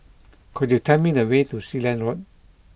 could you tell me the way to Sealand Road